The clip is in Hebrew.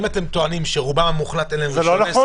אם אתם טוענים שלרובם המוחלט אין רישיון עסק --- זה לא נכון,